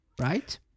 right